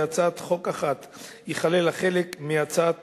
בהצעת חוק אחת ייכלל החלק מהצעת